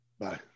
bye